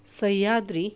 Sahyadri